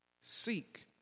Seek